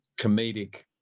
comedic